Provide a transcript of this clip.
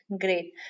great